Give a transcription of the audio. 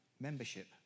membership